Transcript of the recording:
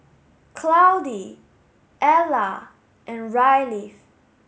Claudie Alla and Ryleigh